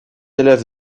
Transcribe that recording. élève